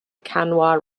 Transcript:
kanawha